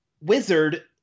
wizard